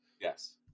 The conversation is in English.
Yes